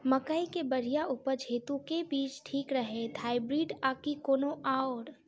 मकई केँ बढ़िया उपज हेतु केँ बीज ठीक रहतै, हाइब्रिड आ की कोनो आओर?